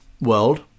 world